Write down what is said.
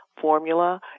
Formula